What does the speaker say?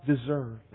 deserve